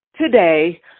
today